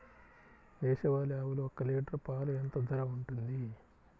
దేశవాలి ఆవులు ఒక్క లీటర్ పాలు ఎంత ధర ఉంటుంది?